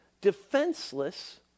Defenseless